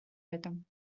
этом